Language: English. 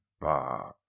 bah